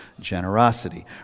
generosity